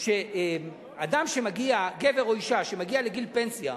שאדם שמגיע, גבר או אשה, לגיל פנסיה,